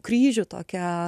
kryžių tokią